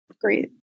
Great